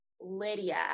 Lydia